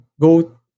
go